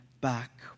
back